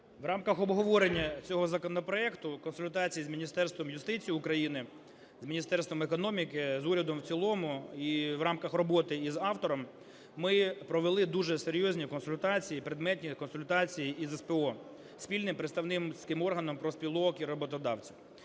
В рамках обговорення цього законопроекту, консультацій з Міністерством юстиції України, з Міністерством економіки, з урядом в цілому і в рамках роботи із автором ми провели дуже серйозні консультації, предметні консультації із СПО, Спільним представницьким органом профспілок і роботодавців,